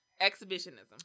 exhibitionism